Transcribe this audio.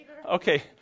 Okay